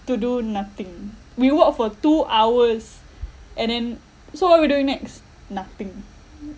to do nothing we walk for two hours and then so what are we doing next nothing